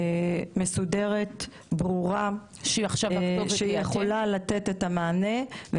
מסודרת, ברורה, שיכולה לתת את המענה.